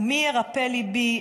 // ומי ירפא ליבי?